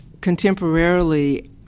contemporarily